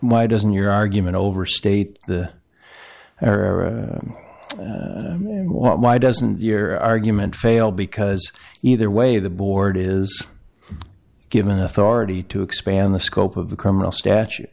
why doesn't your argument overstate or why doesn't your argument fail because either way the board is given authority to expand the scope of the criminal statu